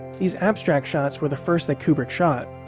these abstract shots were the first that kubrick shot.